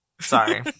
sorry